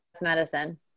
medicine